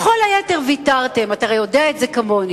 לכל היתר ויתרתם, אתה הרי יודע את זה כמוני.